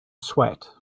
sweat